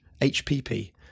HPP